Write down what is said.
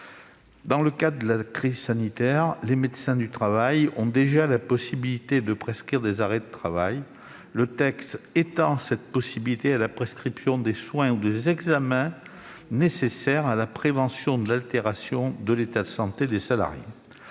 Dans le cadre de la crise sanitaire, les médecins du travail ont déjà la possibilité de prescrire des arrêts de travail. Le texte étend cette possibilité à la prescription des soins ou des examens nécessaires à la prévention de l'altération de l'état de santé des salariés.